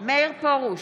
מאיר פרוש,